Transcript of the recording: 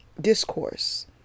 discourse